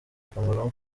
akamaro